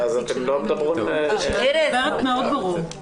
אז אתן לא מדברות --- אני מדברת מאוד ברור.